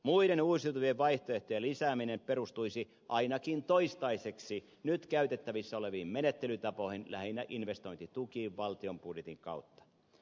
muiden uusiutuvien vaihtoehtojen lisääminen perustuisi ainakin toistaiseksi nyt käytettävissä oleviin menettelytapoihin lähinnä investointitukiin valtion budjetin kautta